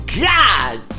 God